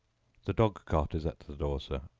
the dog-cart is at the door, sir.